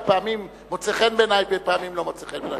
פעמים מוצא חן בעיני ופעמים לא מוצא חן בעיני.